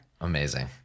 Amazing